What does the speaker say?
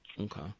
Okay